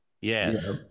Yes